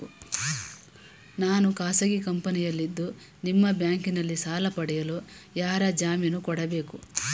ನಾನು ಖಾಸಗಿ ಕಂಪನಿಯಲ್ಲಿದ್ದು ನಿಮ್ಮ ಬ್ಯಾಂಕಿನಲ್ಲಿ ಸಾಲ ಪಡೆಯಲು ಯಾರ ಜಾಮೀನು ಕೊಡಬೇಕು?